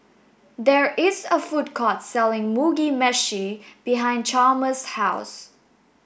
there is a food court selling Mugi Meshi behind Chalmer's house